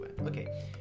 Okay